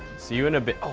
see you in a bit.